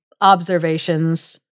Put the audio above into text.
observations